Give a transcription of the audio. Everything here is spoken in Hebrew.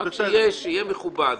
רק שיהיה, שיהיה מכובד.